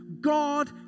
God